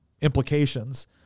implications